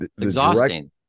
exhausting